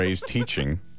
teaching